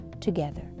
together